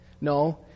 No